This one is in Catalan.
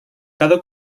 cada